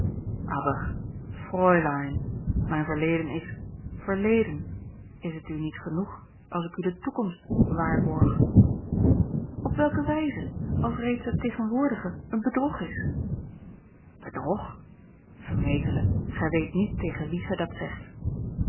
aber fräulein mijn verleden is verleden is het u niet genoeg als ik u de toekomst waarborg op welke wijze als reeds het tegenwoordige een bedrog is bedrog vermetele gij weet niet tegen wien gij dat zegt